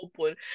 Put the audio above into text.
open